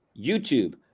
YouTube